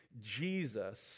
Jesus